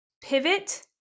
pivot